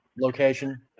location